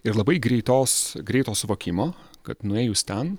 ir labai greitos greito suvokimo kad nuėjus ten